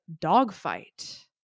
dogfight